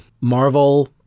Marvel